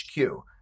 HQ